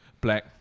black